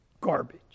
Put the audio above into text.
garbage